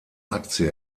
aktie